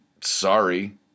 sorry